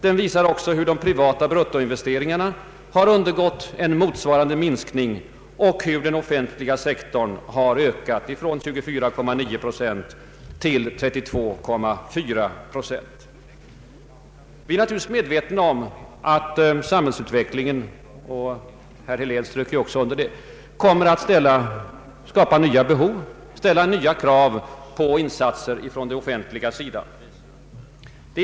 Den visar också hur de privata bruttoinvesteringarna har undergått en motsvarande minskning och hur den offentliga sektorn har ökat från 24,9 till 32,4 procent. Vi är naturligtvis medvetna om — det underströk också herr Helén — att samhällsutvecklingen kommer att skapa nya behov och ställa nya krav på insatser från den offentliga sektorns sida.